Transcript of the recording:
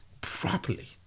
properly